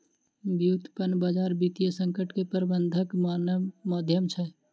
व्युत्पन्न बजार वित्तीय संकट के प्रबंधनक माध्यम छै